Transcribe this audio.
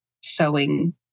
sewing